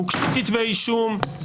הוגשו כתבי אישום,